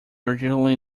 originally